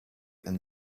and